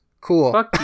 cool